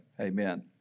Amen